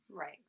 Right